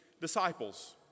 disciples